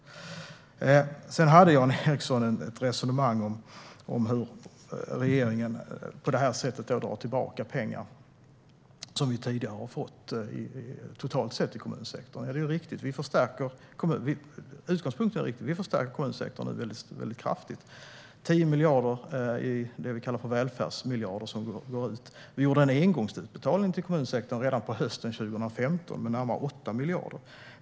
Jan Ericson förde ett resonemang om hur regeringen på detta sätt drar tillbaka pengar som tidigare, totalt sett, har gått till kommunsektorn. Utgångspunkten är visserligen riktig - vi förstärker kommunsektorn kraftigt. Det är 10 miljarder, som vi kallar välfärdsmiljarder, som går ut. Vi gjorde redan hösten 2015 en engångsutbetalning till kommunsektorn på närmare 8 miljarder.